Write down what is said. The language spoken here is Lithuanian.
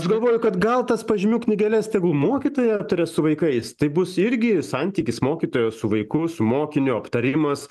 aš galvojau kad gal tas pažymių knygeles tegul mokytoja aptaria su vaikais tai bus irgi santykis mokytojo su vaiku su mokiniu aptarimas